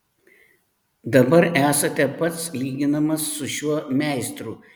dabar esate pats lyginamas su šiuo meistru